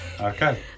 Okay